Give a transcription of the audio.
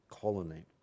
colony